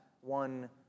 one